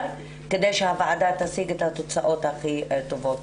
כדי שהוועדה תשיג את התוצאות הכי טובות.